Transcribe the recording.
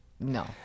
No